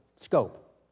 scope